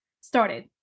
started